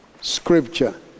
scripture